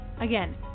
Again